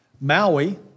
Maui